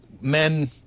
men